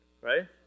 right